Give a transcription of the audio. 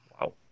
wow